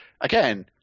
again